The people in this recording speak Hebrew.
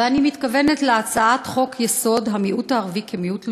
ואני מתכוונת להצעת חוק-יסוד: המיעוט הערבי כמיעוט לאומי,